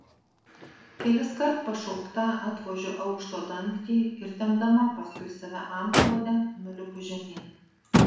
keliskart pašaukta atvožiu aukšto dangtį ir tempdama paskui save antklodę nulipu žemyn